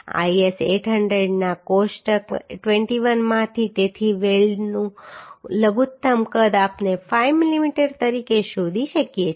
IS 800 ના કોષ્ટક 21 માંથી તેથી વેલ્ડનું લઘુત્તમ કદ આપણે 5 mm તરીકે શોધી શકીએ છીએ